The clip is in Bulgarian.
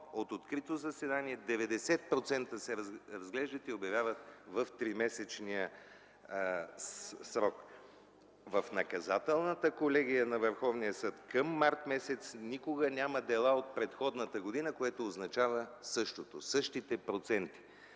от открито заседание – 90% се разглеждат и обявяват в тримесечния срок. В Наказателната колегия на Върховния съд към месец март никога няма дела от предходната година, което означа същото, същите проценти.